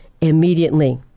immediately